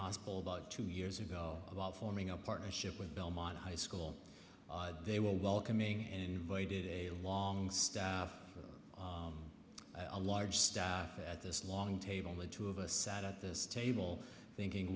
hospital about two years ago about forming a partnership with belmont high school they were welcoming and boy did a long stay a large staff at this long table only two of us sat at this table thinking